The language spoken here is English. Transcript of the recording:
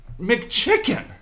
McChicken